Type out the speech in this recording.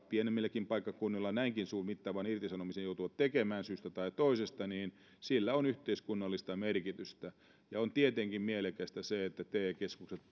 pienemmilläkin paikkakunnilla näinkin mittavan irtisanomisen tekemään syystä tai toisesta niin sillä on yhteiskunnallista merkitystä on tietenkin mielekästä se että te keskukset